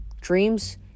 Dreams